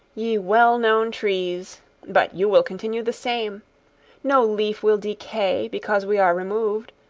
ye well-known trees but you will continue the same no leaf will decay because we are removed,